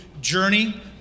journey